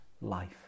life